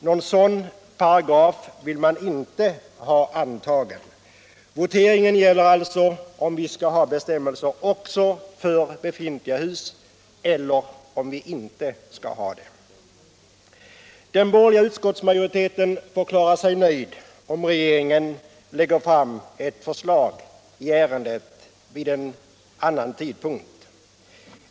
Någon sådan paragraf vill man inte ha antagen. Voteringen gäller alltså om vi skall ha bestämmelser också för befintliga hus — eller om vi inte skall ha det. Den borgerliga utskottsmajoriteten förklarar sig nöjd om regeringen lägger fram ett förslag i ärendet vid en annan tidpunkt.